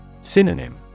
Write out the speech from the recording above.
Synonym